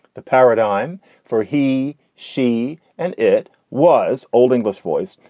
the paradigm for he she and it was old english voice.